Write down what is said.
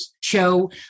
show